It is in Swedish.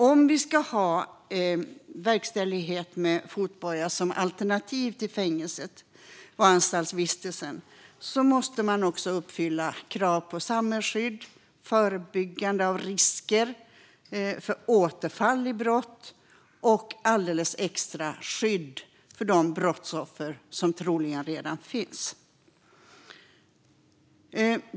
Om man ska ha verkställighet med fotboja som alternativ till fängelse och anstaltsvistelse måste man också uppfylla krav på samhällsskydd, förebyggande av risker för återfall i brott och extra skydd för de brottsoffer som troligen redan finns.